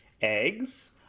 eggs